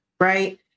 right